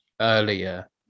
earlier